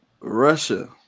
Russia